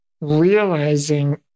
realizing